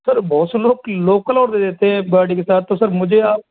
sir बहुत से लोग लोकल और दे देते है गाड़ी के साथ तो सर मुझे आप